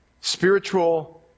Spiritual